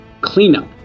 cleanup